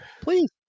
Please